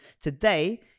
Today